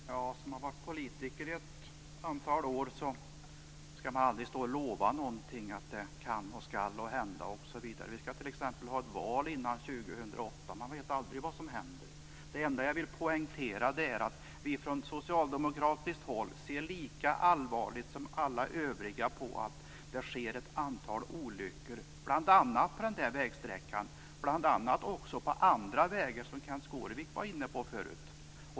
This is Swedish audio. Fru talman! Om man har varit politiker i ett antal år blir man försiktig med att lova någonting om "kan" och "skall". Det skall t.ex. hållas ett val innan 2008. Man vet aldrig vad som händer. Det enda jag vill poängtera är att socialdemokraterna ser lika allvarligt som alla övriga partier på att det sker olyckor bl.a. på denna vägsträcka och på andra vägar.